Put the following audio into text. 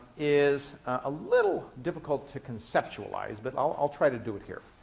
is a little difficult to conceptualize, but i'll try to do it here.